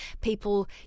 people